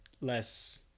less